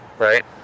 Right